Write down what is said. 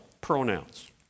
pronouns